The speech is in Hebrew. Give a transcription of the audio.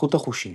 התפתחות החושים